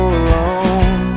alone